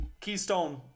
Keystone